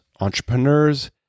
entrepreneurs